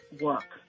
work